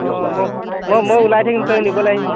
অঁ মই মই মই ওলাই থাকিম তই নিবলে আহিবি